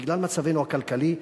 בגלל מצבנו הכלכלי,